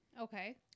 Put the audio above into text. okay